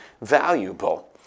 valuable